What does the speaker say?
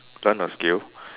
learnt a skill